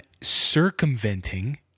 circumventing